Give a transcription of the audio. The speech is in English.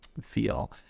feel